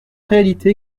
réalité